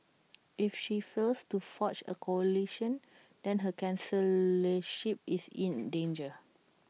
if she fails to forge A coalition then her chancellorship is in danger